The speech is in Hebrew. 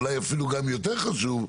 אולי אפילו גם יותר חשוב,